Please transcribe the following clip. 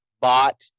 bought